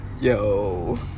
Yo